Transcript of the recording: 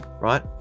right